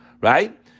right